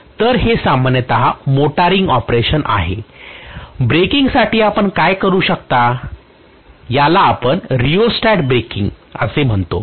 तर हे सामान्य मोटरिंग ऑपरेशन आहे ब्रेकिंगसाठी आपण काय करू याला आपण रियोस्टॅटिक ब्रेकिंग असे म्हणतो